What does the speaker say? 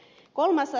kolmas asia